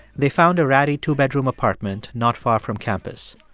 they found a ratty two-bedroom apartment not far from campus.